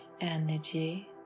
energy